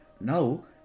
Now